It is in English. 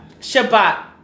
Shabbat